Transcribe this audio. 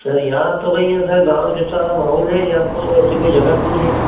sir यहाँ तो नहीं है सर गाँव जैसा माहौल है यहाँ तो ऐसी कोई जगह नहीं है